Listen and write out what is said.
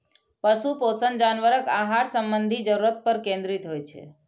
पशु पोषण जानवरक आहार संबंधी जरूरत पर केंद्रित होइ छै